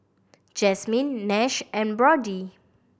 Jasmine Nash and Brody